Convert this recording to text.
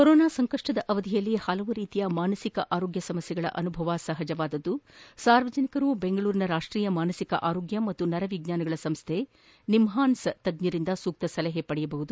corona ಸಂಕಪ್ಪದ ಅವಧಿಯಲ್ಲಿ ಹಲವು ರೀತಿಯ ಮಾನಸಿಕ ಆರೋಗ್ಯ ಸಮಸ್ಥೆಗಳ ಅನುಭವ ಸಹಜವಾಗಿದ್ದು ಸಾರ್ವಜನಿಕರು ಬೆಂಗಳೂರಿನ ರಾಷ್ಷೀಯ ಮಾನಸಿಕ ಆರೋಗ್ಯ ಮತ್ತು ನರವಿಜ್ಞಾನಗಳ ಸಂಸ್ಥೆ ನಿಮ್ವಾನ್ಸ್ ತಜ್ಞರಿಂದ ಸೂಕ್ತ ಸಲಹೆ ಪಡೆಯಬಹುದು